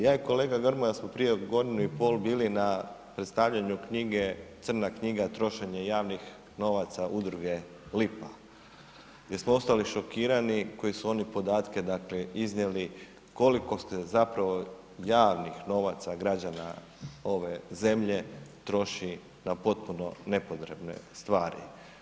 Ja i kolega Grmoja smo prije godinu i pol bili na predstavljanju knjige Crna knjiga-trošenje javnih novaca udruge Lipa gdje smo ostali šokirani koji su oni podatke dakle iznijeli, koliko ste zapravo javnih novaca građana ove zemlje troši na potpuno nepotrebne stvari.